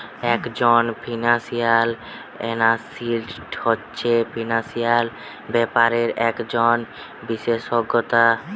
একজন financial analyst হচ্ছে financial ব্যাপারে একজন বিশেষজ্ঞ